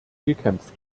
gekämpft